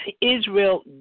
Israel